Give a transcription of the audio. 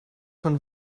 von